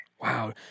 Wow